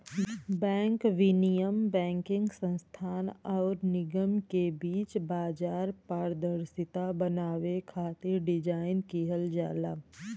bank विनियम banking संस्थान आउर निगम के बीच बाजार पारदर्शिता बनावे खातिर डिज़ाइन किहल जाला